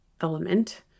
element